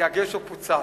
כי הגשר פוצץ.